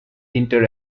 inter